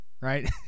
right